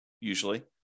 usually